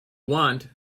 want